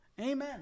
Amen